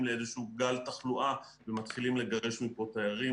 לגל תחלואה ומתחילים לגרש מפה תיירים